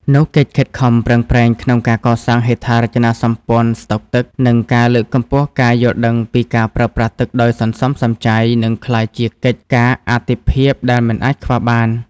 នោះកិច្ចខិតខំប្រឹងប្រែងក្នុងការកសាងហេដ្ឋារចនាសម្ព័ន្ធស្ដុកទឹក និងការលើកកម្ពស់ការយល់ដឹងពីការប្រើប្រាស់ទឹកដោយសន្សំសំចៃ នឹងក្លាយជាកិច្ចការអាទិភាពដែលមិនអាចខ្វះបាន។